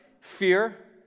fear